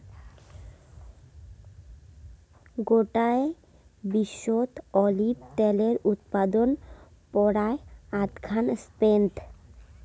গোটায় বিশ্বত অলিভ ত্যালের উৎপাদন পরায় আধঘান স্পেনত